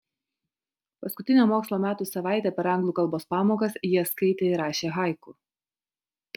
paskutinę mokslo metų savaitę per anglų kalbos pamokas jie skaitė ir rašė haiku